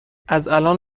ازالان